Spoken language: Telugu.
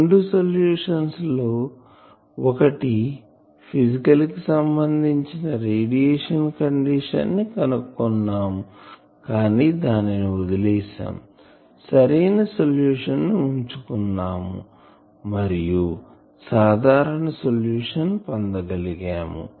రెండు సోలుషన్స్ లలో ఒకటి ఫిజికల్ కి సంబంధించిన రేడియేషన్ కండిషన్ ని కనుక్కున్నాము కానీ దానిని వదిలేశాం సరైన సొల్యూషన్ ని ఉంచుకున్నాము మరియు సాధారణ సొల్యూషన్ పొందగలిగాము